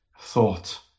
thought